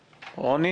מיקי,